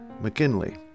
McKinley